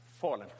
fallen